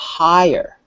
higher